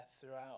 throughout